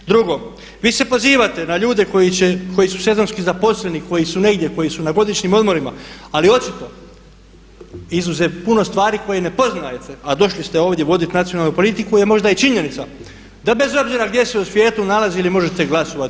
Drugo, vi se pozivate na ljude koji su sezonski zaposleni, koji su negdje, koji su na godišnjim odmorima, ali očito izuzev puno stvari koje ne poznajete, a došli ste ovdje voditi nacionalnu politiku je možda i činjenica da bez obzira gdje se u svijetu nalazili možete glasovati.